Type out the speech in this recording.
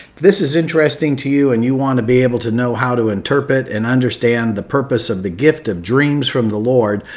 this is interesting to you and you want to be able to know how to interpret and understand the purpose of the gift of dreams from the lord.